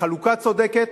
חלוקה צודקת